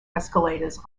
escalators